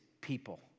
people